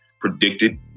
predicted